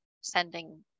sending